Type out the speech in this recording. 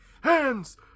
hands